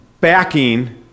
backing